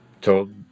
told